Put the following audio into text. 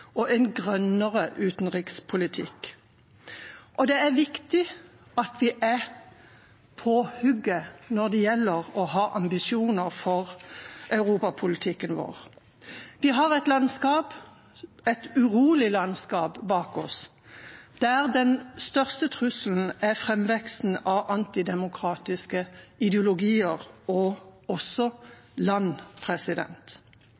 og grønnere utenrikspolitikk, og det er viktig at vi er på hugget når det gjelder å ha ambisjoner for europapolitikken vår. Vi har et urolig landskap bak oss, der den største trusselen er framveksten av antidemokratiske ideologier – og også